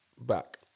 back